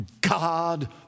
God